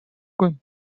gun